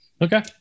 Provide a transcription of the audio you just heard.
Okay